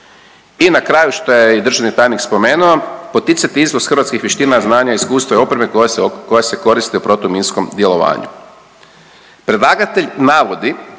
I na kraju, što je i državni tajnik spomenuo, poticati izvoz hrvatskih vještina, znanja, iskustva i opreme koja se koristi u protuminskom djelovanju. Predlagatelj navodi